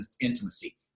intimacy